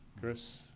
Chris